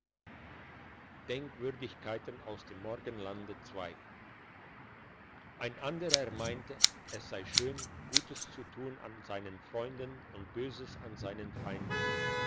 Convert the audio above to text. ein anderer meinte es sei schön gutes zu tun an seinen freunden und böses an seinen feinden